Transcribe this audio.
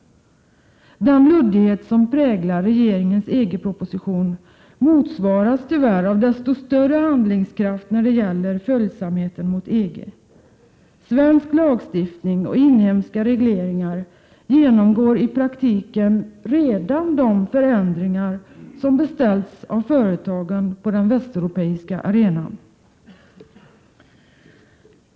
Den luddighet som präglar regeringens EG-proposition motsvaras tyvärr av desto större handlingskraft när det gäller följsamheten mot EG. Svensk lagstiftning och inhemska regleringar genomgår i praktiken redan de förändringar som beställts av företagen på den västeuropeiska arenan.